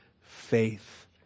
faith